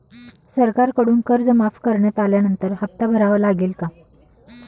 सरकारकडून कर्ज माफ करण्यात आल्यानंतर हप्ता भरावा लागेल का?